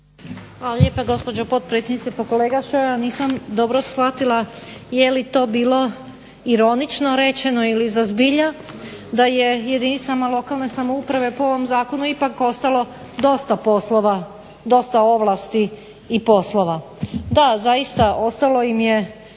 Hvala lijepa gospođo potpredsjednice. Pa kolega Šoja, nisam dobro shvatila je li to bilo ironično rečeno ili za zbilja, da je jedinicama lokalne samouprave po ovom zakonu ipak ostalo dosta poslova, dosta ovlasti i poslova. Da zaista, ostalo im je